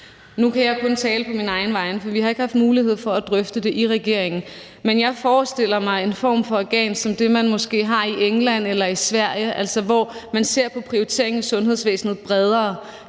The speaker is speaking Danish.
Nu kan jeg kun tale på mine egne vegne, for vi har ikke haft mulighed for at drøfte det i regeringen. Men jeg forestiller mig en form for organ som det, man måske har i England eller i Sverige, hvor man ser på prioriteringen i sundhedsvæsnet bredere.